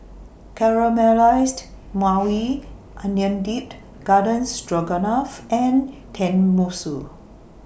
Caramelized Maui Onion Dipped Garden Stroganoff and Tenmusu